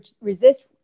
resist